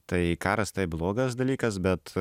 tai karas tai blogas dalykas bet